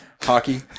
hockey